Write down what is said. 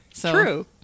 True